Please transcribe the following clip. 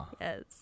Yes